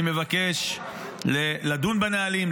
אני מבקש לדון בנהלים,